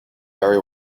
very